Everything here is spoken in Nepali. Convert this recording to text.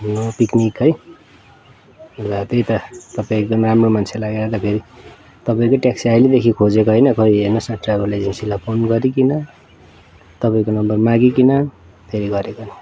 पिकनिक है त्यही त तपाईँ एकदम राम्रो मान्छे लागेर धेरै तपाईं को टेक्सी आहिलेदेखि खोजेको होइन खोइ हेर्नुहोस् न ट्राभल एजेन्सीिलाई फोन गरिकन तपाईँको नम्बर मागिकन फेरि गरेको नि